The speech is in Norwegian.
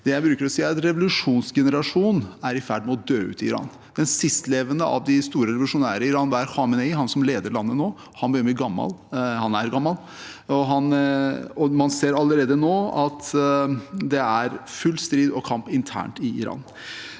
jeg bruker å si, er at revolusjonsgenerasjonen er i ferd med å dø ut i Iran. Den siste gjenlevende av de store revolusjonære i Iran – Khamenei, han som leder landet nå – begynner å bli gammel. Han er gammel. Man ser allerede nå at det er full strid og kamp internt i Iran.